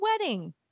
wedding